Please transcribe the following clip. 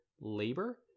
labor